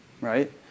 right